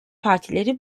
partileri